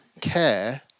care